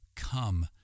come